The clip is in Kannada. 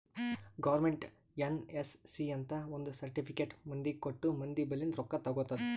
ಗೌರ್ಮೆಂಟ್ ಎನ್.ಎಸ್.ಸಿ ಅಂತ್ ಒಂದ್ ಸರ್ಟಿಫಿಕೇಟ್ ಮಂದಿಗ ಕೊಟ್ಟು ಮಂದಿ ಬಲ್ಲಿಂದ್ ರೊಕ್ಕಾ ತಗೊತ್ತುದ್